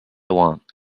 want